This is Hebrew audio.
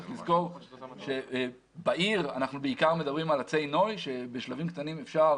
צריך לזכור שבעיר אנחנו בעיקר מדברים על עצי נוי שבשלבים קטנים אפשר